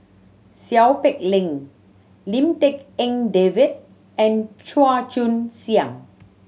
Seow Peck Leng Lim Tik En David and Chua Joon Siang